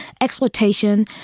exploitation